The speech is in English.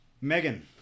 Megan